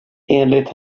enligt